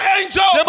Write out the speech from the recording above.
angel